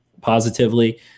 positively